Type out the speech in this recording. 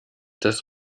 das